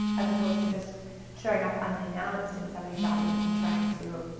as opposed to just showing up unannounced in somebody's audience, and trying to,